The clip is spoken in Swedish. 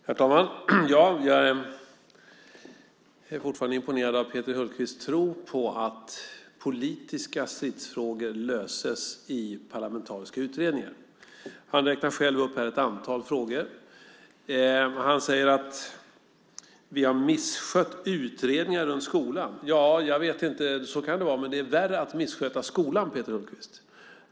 Herr talman! Jag är fortfarande imponerad av Peter Hultqvists tro på att politiska stridsfrågor löses i parlamentariska utredningar. Han räknar själv upp ett antal frågor. Han säger att vi har misskött utredningar om skolan. Jag vet inte. Så kan det vara, men det är värre att missköta skolan, Peter Hultqvist.